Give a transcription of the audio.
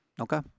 Okay